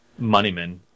Moneyman